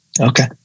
Okay